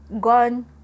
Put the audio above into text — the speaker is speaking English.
gone